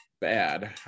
bad